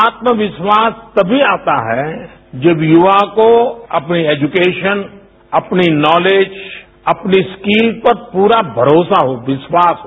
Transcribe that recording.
आत्मविश्वास तभी आता है जब युवा को अपनी एजुकेशन अपनी नॉलेज अपनी स्किल पर पूरा मरोसा हॉ विश्वास हो